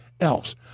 else